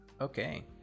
Okay